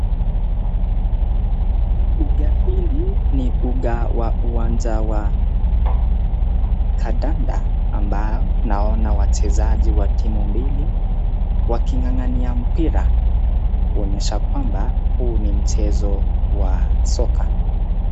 Uga hili ni uga wa uwanja wa kandanda ambao naona wachezaji wa timu mbili waking'ang'ania mpira, kuonyesha kwamba huu ni mchezo wa soka.